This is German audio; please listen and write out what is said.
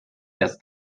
erst